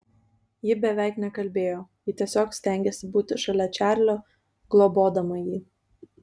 ji beveik nekalbėjo ji tiesiog stengėsi būti šalia čarlio globodama jį